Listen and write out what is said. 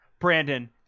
Brandon